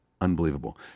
Unbelievable